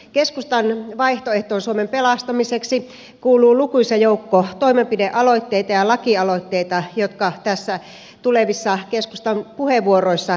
keskustan vaihtoehtoon suomen pelastamiseksi kuuluu lukuisa joukko toimenpidealoitteita ja lakialoitteita jotka tulevissa keskustan puheenvuoroissa esitellään